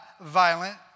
violent